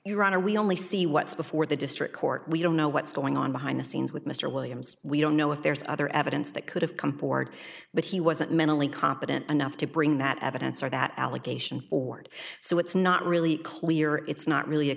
honor we only see what's before the district court we don't know what's going on behind the scenes with mr williams we don't know if there's other evidence that could have come forward but he wasn't mentally competent enough to bring that evidence or that allegation forward so it's not really clear it's not really a